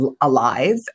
alive